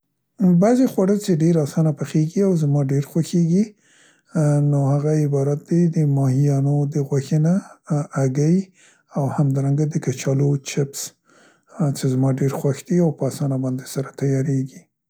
بعضې خواړه چې ډير اسانه پخیګي او زما ډير خوښیګي نو هغه عبارت دي د ماهیانو د خوښې نه، هګۍ او همدارنګه د کچالو چپس چې زما ډير خوښ دي او په اسانه باندې سره تیاریګي.